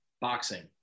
boxing